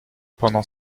pendant